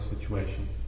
situation